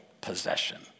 possession